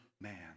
man